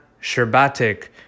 Sherbatic